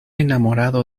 enamorado